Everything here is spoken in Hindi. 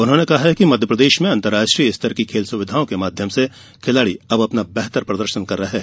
उन्होंने कहा है कि मध्यप्रदेश में अंतर्राष्ट्रीय स्तर की खेल सुविधाओं के माध्यम से खिलाड़ी अपना बेहतर प्रदर्शन कर रहे है